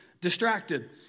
distracted